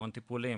המון טיפולים.